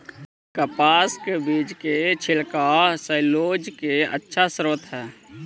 कपास के बीज के छिलका सैलूलोज के अच्छा स्रोत हइ